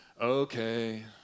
Okay